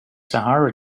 sahara